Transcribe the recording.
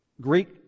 Greek